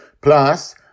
Plus